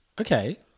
Okay